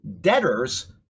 debtors